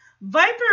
Viper